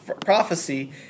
prophecy